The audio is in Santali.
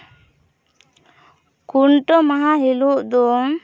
ᱠᱷᱩᱱᱴᱟᱹᱣ ᱢᱟᱦᱟ ᱦᱤᱞᱳᱜ ᱫᱚ